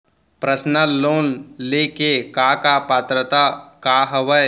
Personal loan ले के का का पात्रता का हवय?